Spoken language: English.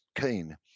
keen